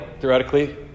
theoretically